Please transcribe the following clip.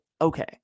okay